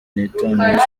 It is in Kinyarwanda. nitanu